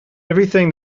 everything